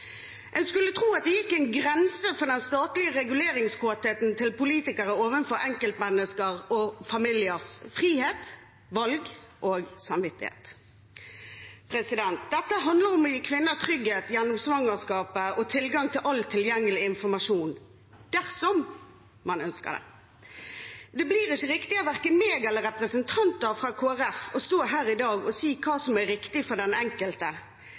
skulle tro det gikk en grense for den statlige reguleringskåtheten til politikere overfor enkeltmennesker og familiers frihet, valg og samvittighet. Dette handler om å gi kvinner trygghet gjennom svangerskapet og tilgang til all tilgjengelig informasjon – dersom man ønsker det. Det blir ikke riktig av verken meg eller representanter fra Kristelig Folkeparti å stå her i dag og si hva som er riktig for den enkelte.